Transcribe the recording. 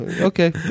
okay